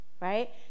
right